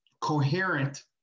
coherent